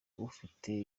ufite